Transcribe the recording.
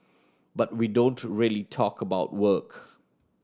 but we don't really talk about work